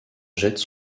jette